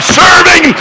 serving